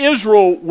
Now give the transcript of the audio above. Israel